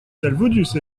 talvoudus